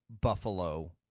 Buffalo